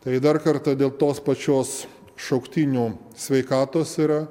tai dar kartą dėl tos pačios šauktinių sveikatos yra